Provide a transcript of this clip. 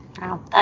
Wow